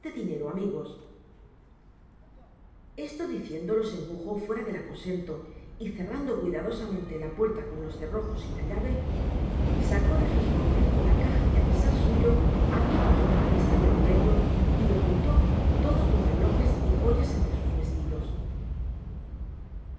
dinero amigos esto diciendo los empujo fuera del aposento y cerrando cuidadosamente la puerta con los cerrojos y la llave sacó de su escondrijo la caja que á pesar suyo habia puesto á la vista de oliverio y ocultó todos los relojes y joyas entre sus vestidos